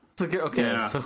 okay